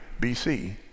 BC